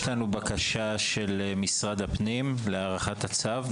יש לנו בקשה של משרד הפנים להארכת הצו.